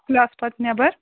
کلاسہٕ پَتہٕ نٮ۪بر